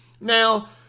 Now